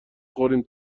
خوردیم